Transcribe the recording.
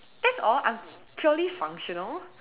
that's all I'm purely functional